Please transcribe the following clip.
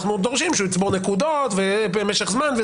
אנו דורשים שיצבור נקודות ולאורך זמן,